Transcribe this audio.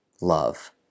love